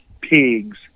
pigs